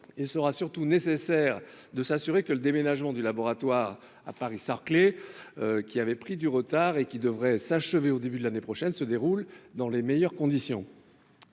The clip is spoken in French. Il sera surtout nécessaire de s'assurer que le déménagement du laboratoire au sein du campus Paris-Saclay, qui a pris du retard et devrait s'achever au début de l'année prochaine, se déroule dans les meilleures conditions.